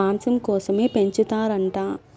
మాంసం కోసమే పెంచుతారంట